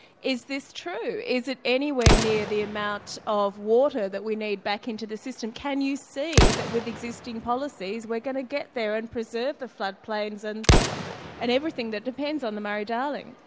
is this true? is it anywhere near the amount of water that we need back into the system? can you see that with existing policies we're going to get there and preserve the floodplains and and everything that depends on the murray darling?